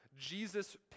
Jesus